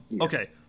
Okay